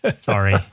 sorry